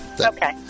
Okay